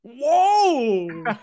whoa